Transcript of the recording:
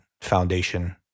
foundation